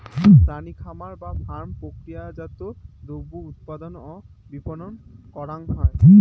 প্রাণী খামার বা ফার্ম প্রক্রিয়াজাত দ্রব্য উৎপাদন ও বিপণন করাং হই